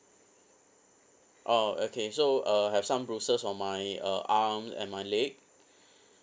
oh okay so uh have some bruises on my uh arm and my leg